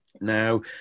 Now